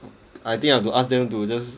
I think I have to ask them to just